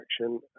action